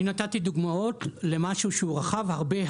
אני נתתי דוגמאות למשהו שהוא רחב הרבה,